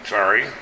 Sorry